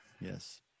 Yes